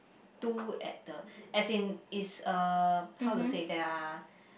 two at the as in is uh how to say there are